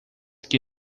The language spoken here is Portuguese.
que